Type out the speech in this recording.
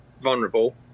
vulnerable